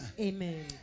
Amen